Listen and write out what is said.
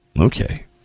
okay